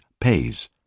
pays